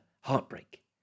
heartbreak